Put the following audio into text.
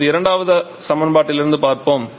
இப்போது இரண்டாவது சமன்பாட்டிலிருந்து பார்ப்போம்